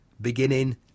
beginning